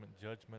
judgment